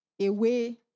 away